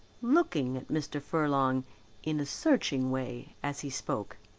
looking at mr. furlong in a searching way as he spoke.